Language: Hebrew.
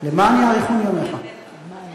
זה אם להכניס אותו למוסד סיעודי או לא,